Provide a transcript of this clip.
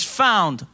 found